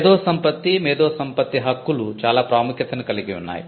మేధోసంపత్తి మేధోసంపత్తి హక్కులు చాలా ప్రాముఖ్యతను కలిగియున్నాయి